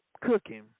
cooking